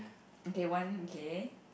okay one okay